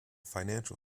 financial